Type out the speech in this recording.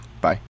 bye